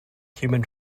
human